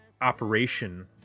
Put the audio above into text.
operation